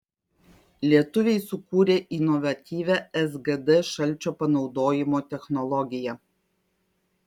lietuviai sukūrė inovatyvią sgd šalčio panaudojimo technologiją